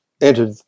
entered